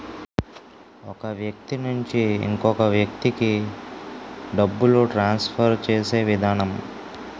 ఒక వ్యక్తి నుంచి ఇంకొక వ్యక్తికి డబ్బులు ట్రాన్స్ఫర్ చేసే విధానం